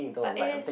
but it is